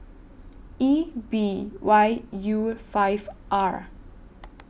E B Y U five R